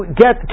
get